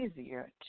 easier